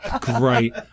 Great